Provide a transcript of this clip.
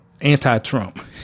anti-Trump